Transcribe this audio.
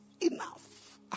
enough